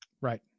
Right